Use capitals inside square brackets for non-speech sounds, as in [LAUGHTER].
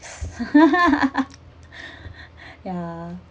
[LAUGHS] ya